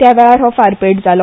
ह्या वेळार हो फारपेट जालो